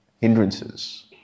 hindrances